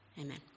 Amen